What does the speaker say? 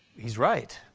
he's right.